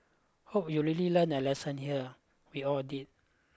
hope you've really learned a lesson here we all did